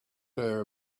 her